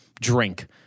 drink